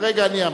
כרגע אני המחליט,